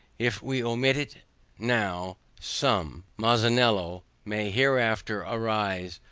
if we omit it now, some, massanello may hereafter arise,